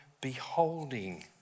beholding